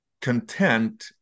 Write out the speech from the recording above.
content